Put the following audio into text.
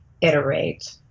iterate